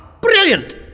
Brilliant